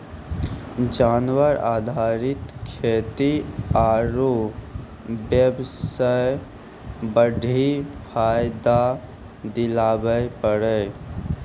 जानवर आधारित खेती आरू बेबसाय बड्डी फायदा दिलाबै पारै